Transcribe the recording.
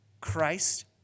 Christ